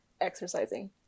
exercising